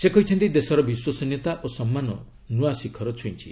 ସେ କହିଛନ୍ତି ଦେଶର ବିଶ୍ୱସନୀୟତା ଓ ସମ୍ମାନ ନୂଆ ଶିଖର ଛୁଇଁଛି